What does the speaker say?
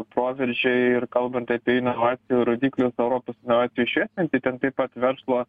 proveržį ir kalbant apie inovacijų rodiklius europos inovacijų švieslentėj ten taip pat verslo